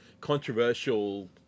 controversial